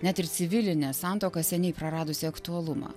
net ir civilinė santuoka seniai praradusi aktualumą